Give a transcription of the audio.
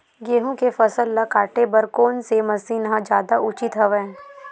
गेहूं के फसल ल काटे बर कोन से मशीन ह जादा उचित हवय?